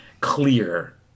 clear